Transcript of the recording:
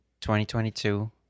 2022